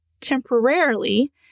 temporarily